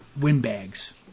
windbags